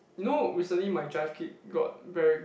you know recently my drive kick got very